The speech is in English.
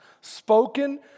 spoken